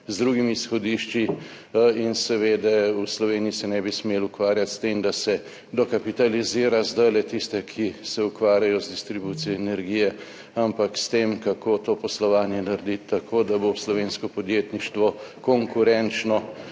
z drugimi izhodišči in seveda v Sloveniji se ne bi smeli ukvarjati s tem, da se zdaj dokapitalizira tiste, ki se ukvarjajo z distribucijo energije, ampak s tem, kako to poslovanje narediti tako, da bo slovensko podjetništvo konkurenčno